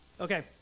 Okay